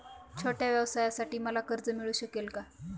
छोट्या व्यवसायासाठी मला कर्ज मिळू शकेल का?